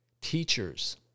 teachers